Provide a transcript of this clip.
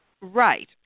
Right